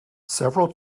several